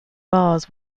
bars